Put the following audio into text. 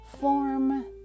form